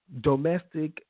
Domestic